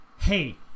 hey